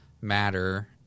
Matter